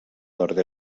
nord